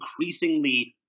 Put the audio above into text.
increasingly